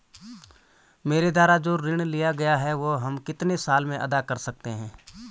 मेरे द्वारा जो ऋण लिया गया है वह हम कितने साल में अदा कर सकते हैं?